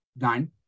nine